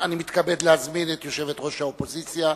אני מתכבד להזמין את יושבת-ראש האופוזיציה,